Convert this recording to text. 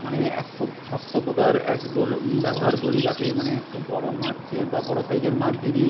মানে এক খুব শক্ত প্রকার এক ডোর ব্যবহার করি যাতে মানে খুব বড় মাছ বা বড় সাইজের মাছ যদি